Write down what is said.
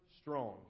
strong